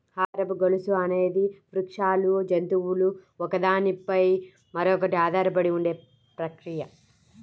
ఆహారపు గొలుసు అనేది వృక్షాలు, జంతువులు ఒకదాని పై మరొకటి ఆధారపడి ఉండే ప్రక్రియ